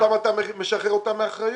שוב אתה משחרר אותם מאחריות?